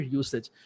usage